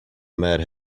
mad